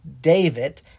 David